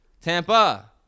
Tampa